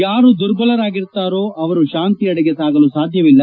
ಯಾರು ದುರ್ಬಲರಾಗಿರುತ್ತಾರೋ ಅವರು ಶಾಂತಿಯೆಡೆಗೆ ಸಾಗಲು ಸಾಧ್ಯವಿಲ್ಲ